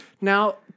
Now